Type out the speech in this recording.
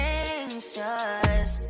anxious